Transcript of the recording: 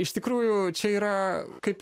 iš tikrųjų čia yra kaip